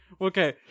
Okay